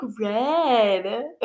red